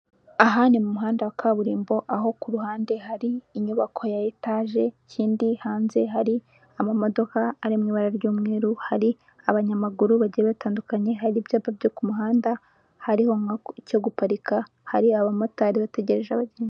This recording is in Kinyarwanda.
Aha ni mu muhanda wa kaburimbo aho ku ruhande hari inyubako ya etage, ikindi hanze hari amamodoka ari mu ibara ry'umweru, hari abanyamaguru bagiye batandukanye, hari ibyapa byo ku muhanda hariho icyo guparika, hari abamotari bategereje abagenzi.